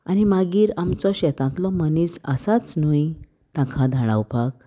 आनी मागीर आमचो शेतांतलो मनीस आसाच न्हूय तांकां धाडावपाक